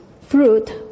fruit